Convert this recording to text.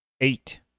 Eight